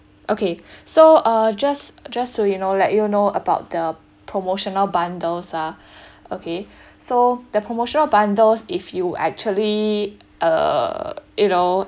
okay so uh just just to you know let you know about the promotional bundles lah okay so the promotional bundles if you actually uh you know